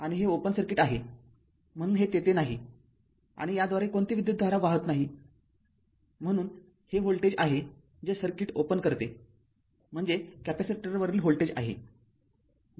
आणि हे open circuit आहे म्हणून हे तेथे नाही आणि याद्वारे कोणतीही विद्युतधारा वाहात नाहीम्हणून हे व्होल्टेज आहे जे सर्किट ओपन करते म्हणजे कॅपेसिटरवरील व्होल्टेज आहे